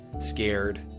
scared